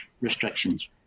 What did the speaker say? restrictions